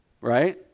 right